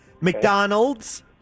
McDonald's